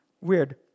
Weird